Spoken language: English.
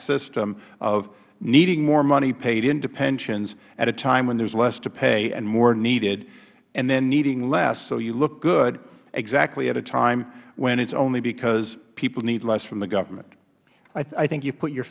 system of needing more money paid into pensions at a time when there is less to pay and more needed and then needing less so you look good exactly at a time when it is only because people need less from the government mister biggs i think you have put your